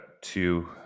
two